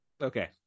Okay